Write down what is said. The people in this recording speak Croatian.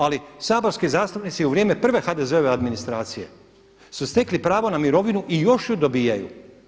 Ali saborski zastupnici u vrijeme prve HDZ-ove administracije su stekli pravo na mirovinu i još ju dobijaju.